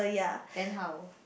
then how